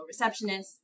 receptionists